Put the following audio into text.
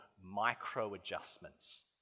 micro-adjustments